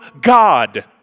God